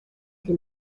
che